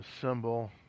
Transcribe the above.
symbol